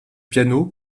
piano